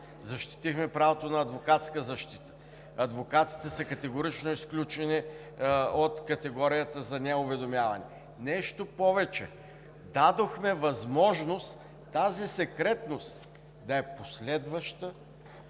защитихме правото на адвокатска защита. Адвокатите са категорично изключени от категорията за неуведомяване. Нещо повече: дадохме възможност тази секретност да е последваща, след